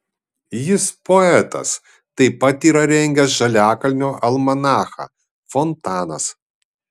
jis poetas taip pat yra rengęs žaliakalnio almanachą fontanas